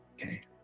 Okay